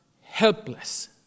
helpless